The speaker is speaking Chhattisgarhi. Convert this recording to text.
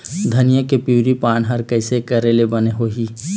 धनिया के पिवरी पान हर कइसे करेले बने होही?